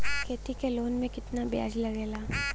खेती के लोन में कितना ब्याज लगेला?